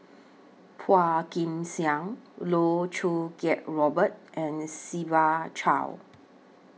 Phua Kin Siang Loh Choo Kiat Robert and Siva Choy